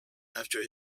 after